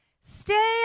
stay